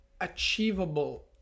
achievable